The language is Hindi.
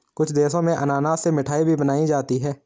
कुछ देशों में अनानास से मिठाई भी बनाई जाती है